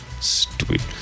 stupid